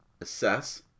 assess